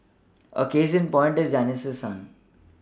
a case in point is Janice's son